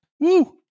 Woo